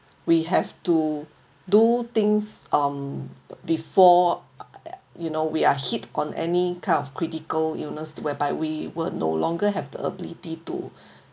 we have to do things um before you know we are hit on any kind of critical illness whereby we will no longer have the ability to